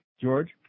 George